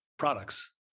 products